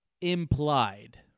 implied